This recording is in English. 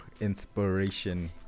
inspiration